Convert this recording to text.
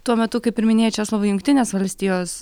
tuo metu kaip ir minėjai česlovai jungtinės valstijos